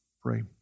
pray